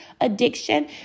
addiction